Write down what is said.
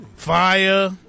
Fire